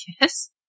yes